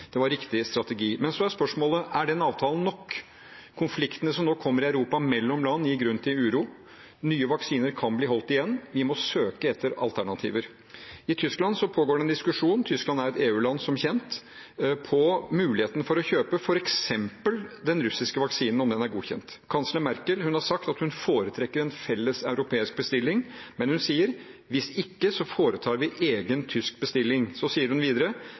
Det var riktig strategi. Men så er spørsmålet: Er den avtalen nok? Konfliktene som nå kommer i Europa mellom land, gir grunn til uro. Nye vaksiner kan bli holdt igjen. Vi må søke etter alternativer. I Tyskland pågår det en diskusjon – Tyskland er som kjent et EU-land – om muligheten til å kjøpe f.eks. den russiske vaksinen, om den er godkjent. Kansler Merkel har sagt at hun foretrekker en felles europeisk bestilling, men hun sier: Hvis ikke foretar vi en egen tysk bestilling. Så sier hun videre: